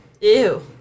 Ew